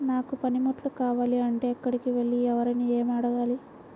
నాకు పనిముట్లు కావాలి అంటే ఎక్కడికి వెళ్లి ఎవరిని ఏమి అడగాలి?